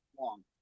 long